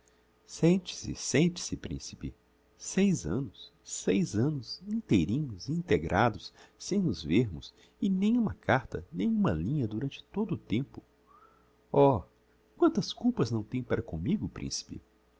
sente-se sente-se principe seis annos seis annos inteirinhos e integrados sem nos vermos e nem uma carta nem uma linha durante todo o tempo oh quantas culpas não tem para commigo principe